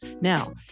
Now